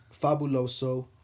Fabuloso